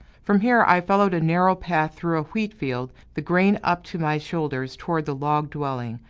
from here i followed a narrow path through a wheat-field, the grain up to my shoulders, toward the log dwelling.